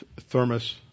thermos